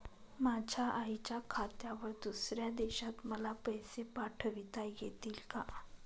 माझ्या आईच्या खात्यावर दुसऱ्या देशात मला पैसे पाठविता येतील का?